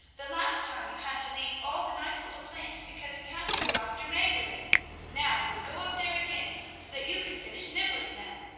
the last time you had to leave all the nice little plants because we had to go after maggerli now we will go up there again, so that you can finish nibbling them!